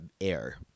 Air